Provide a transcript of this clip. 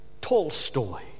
Tolstoy